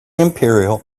imperial